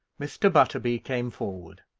mr. butterby came forward,